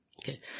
Okay